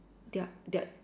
their their